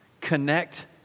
Connect